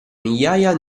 migliaia